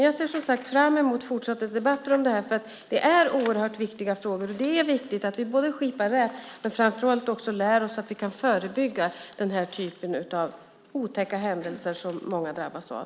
Jag ser, som sagt, fram emot fortsatta debatter om det här, för det är oerhört viktiga frågor och det är viktigt att vi både skipar rätt och framför allt lär oss att förebygga den här typen av otäcka händelser som många drabbas av.